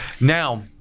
now